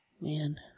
Man